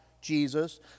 Jesus